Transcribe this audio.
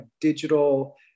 digital